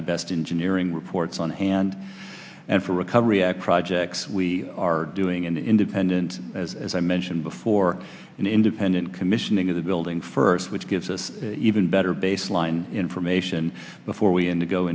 the best engine earing reports on hand and for recovery act projects we are doing an independent as i mentioned before an independent commission into the building first which gives us even better baseline information before we end to go